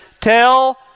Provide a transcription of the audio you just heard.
tell